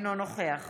אינו נוכח